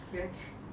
okay okay